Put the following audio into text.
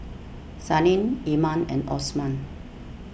Senin Iman and Osman